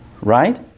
right